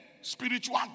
spiritual